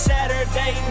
Saturday